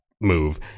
move